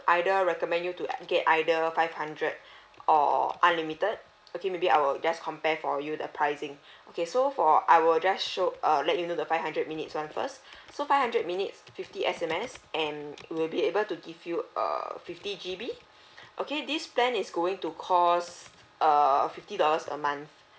either recommend you to uh get either five hundred or unlimited okay maybe I will just compare for you the pricing okay so for I will just show err let you know the five hundred minutes one first so five hundred minutes fifty S_M_S and we'll be able to give you a fifty G_B okay this plan is going to cost err fifty dollars a month